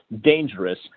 dangerous